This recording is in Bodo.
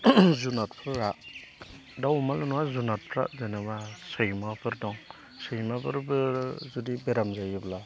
जुनारफोरा दाउ अमाल' नङा जुनारफोरा जेनेबा सैमाफोर दं सैमाफोरबो जुदि बेराम जायोब्ला